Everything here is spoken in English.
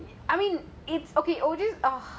they live what at the mum